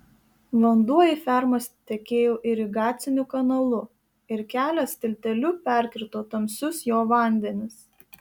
vanduo į fermas tekėjo irigaciniu kanalu ir kelias tilteliu perkirto tamsius jo vandenis